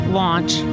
launch